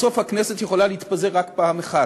בסוף הכנסת יכולה להתפזר רק פעם אחת,